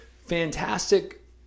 fantastic